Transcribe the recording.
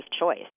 choice